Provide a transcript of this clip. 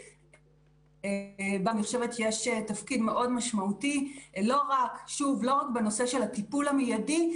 יש תפקיד מאוד משמעותי לא רק בנושא של הטיפול המיידי,